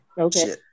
okay